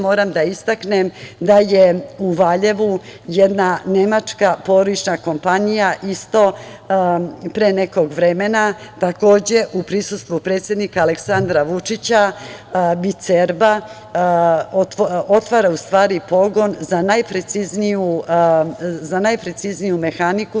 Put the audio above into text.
Moram da istaknem da je u Valjevu jedna nemačka porodična kompanija pre nekog vremena, takođe u prisustvu predsednika Aleksandra Vučića, „Bicerba“ otvara pogon za najprecizniju mehaniku.